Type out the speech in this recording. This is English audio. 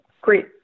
great